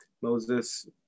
Moses